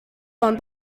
von